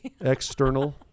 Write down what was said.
external